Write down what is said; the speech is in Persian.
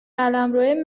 قلمروه